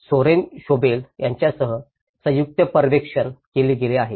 Soren Schobel यांच्यासह संयुक्त पर्यवेक्षण केले गेले आहे